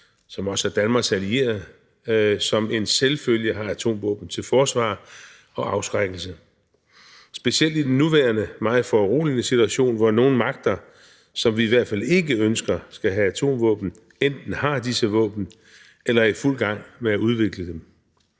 som også er Danmarks allierede, som en selvfølge har atomvåben til forsvar og afskrækkelse, specielt i den nuværende, meget foruroligende situation, hvor nogle magter, som vi i hvert fald ikke ønsker skal have atomvåben, enten har disse våben eller er i fuld gang med at udvikle dem.